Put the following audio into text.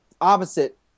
opposite